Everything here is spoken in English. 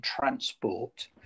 transport